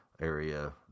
area